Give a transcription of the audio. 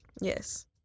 Yes